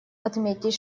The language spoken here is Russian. отметить